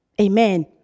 Amen